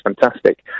Fantastic